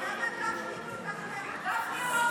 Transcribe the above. אז למה גפני כל כך --- גפני אמר שזה ג'ובים.